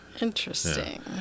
Interesting